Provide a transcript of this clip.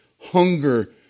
hunger